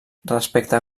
respecte